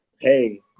hey